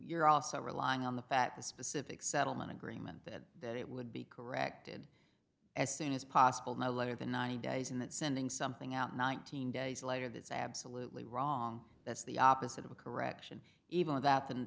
you're also relying on the fat the specific settlement agreement that that it would be corrected as soon as possible my letter the ninety days in that sending something out nineteen days later that's absolutely wrong that's the opposite of a correction even without the